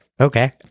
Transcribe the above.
Okay